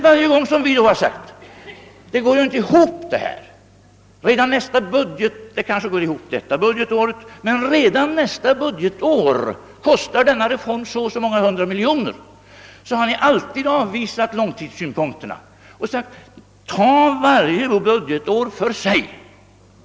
Varje gång som vi påpekat att siffrorna inte går ihop — de kanske går ihop för innevarande budgetår — och att det redan för nästa budgetår kommer att kosta så och så många hundra miljoner kronor för att genomföra reformerna har ni alltid avvisat långtids synpunkterna. Ni har menat att vi skall beräkna varje budgetår för sig.